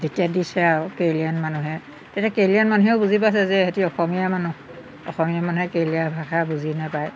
তেতিয়া দিছে আৰু কেৰেলীয়ান মানুহে তেতিয়া কেৰেলীয়ান মানুহেও বুজি পাইছে যে ইহঁতি অসমীয়া মানুহ অসমীয়া মানুহে কেৰেলীয়া ভাষা বুজি নাপায়